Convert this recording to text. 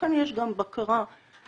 לכן יש גם בקרה חוזרת.